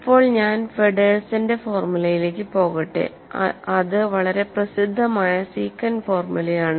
ഇപ്പോൾ ഞാൻ ഫെഡ്ഡേഴ്സന്റെ ഫോർമുലയിലേക്ക് പോകട്ടെ അത് വളരെ പ്രസിദ്ധമായ സീക്കന്റ് ഫോർമുലയാണ്